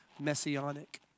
messianic